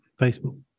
Facebook